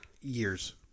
years